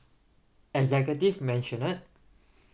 executive maisonette